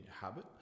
habit